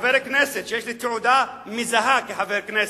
כחבר כנסת, שיש לי תעודה מזהה כחבר כנסת,